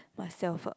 myself ah